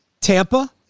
Tampa